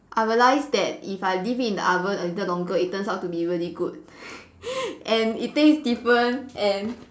I realise that if I leave it in the oven a little longer it turns out to be really good and it taste different and